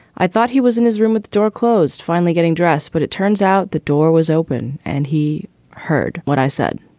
i thought he was in his room with the door closed, finally getting dressed. but it turns out the door was open, and he heard what i said.